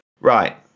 Right